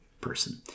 person